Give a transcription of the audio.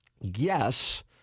Yes